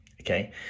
Okay